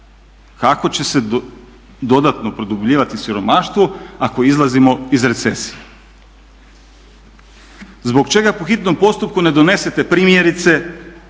Kako će se dodatno produbljivati siromaštvo ako izlazimo iz recesije? Zbog čega po hitnom postupku ne donesete primjerice